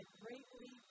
greatly